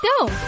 go